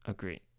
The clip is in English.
Agree